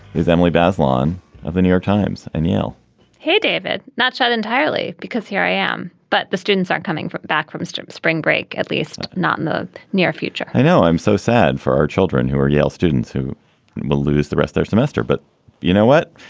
is emily bazelon of the new york times and yale hey, david. not shot entirely because here i am. but the students are coming back from spring break, at least not in the near future i know. i'm so sad for our children who are yale students who will lose the rest their semester. but you know what?